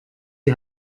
die